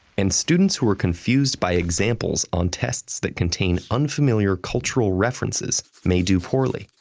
and students who were confused by examples on tests that contain unfamiliar cultural references may do poorly,